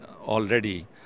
already